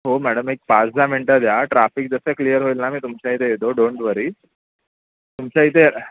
हो मॅडम एक पाच दहा मिनटं द्या ट्राफिक जसं क्लिअर होईल ना मी तुमच्या इथे येतो डोंट वरी तुमच्या इथे